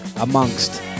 amongst